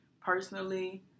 personally